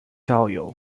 校友